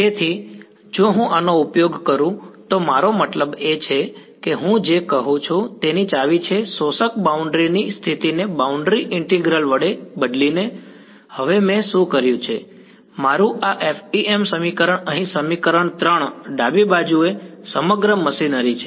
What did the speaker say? તેથી જો હું આનો ઉપયોગ કરું તો મારો મતલબ એ છે કે હું જે કહું છું તેની ચાવી છે શોષક બાઉન્ડ્રી ની સ્થિતિને બાઉન્ડ્રી ઈન્ટીગ્રલ વડે બદલીને હવે મેં શું કર્યું છે મારું આ FEM સમીકરણ અહીં સમીકરણ 3 ડાબી બાજુએ સમગ્ર મશીનરી છે